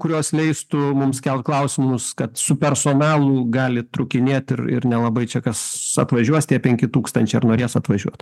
kurios leistų mums kelt klausimus kad su personalu gali trūkinėt ir ir nelabai čia kas atvažiuos tie penki tūkstančiai ar norės atvažiuot